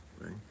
Right